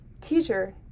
Teacher